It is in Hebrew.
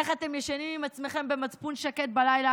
איך אתם ישנים עם עצמכם במצפון שקט בלילה,